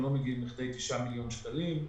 הם לא מגיעים לכדי 9 מיליון שקלים.